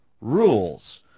rules